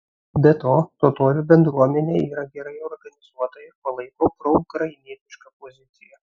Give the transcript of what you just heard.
be to totorių bendruomenė yra gerai organizuota ir palaiko proukrainietišką poziciją